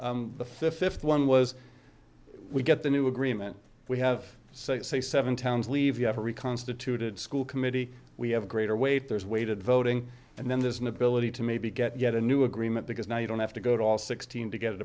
in the fifth one was we get the new agreement we have sixty seven towns leave you have a reconstituted school committee we have greater weight there's weighted voting and then there's an ability to maybe get yet a new agreement because now you don't have to go to all sixteen to get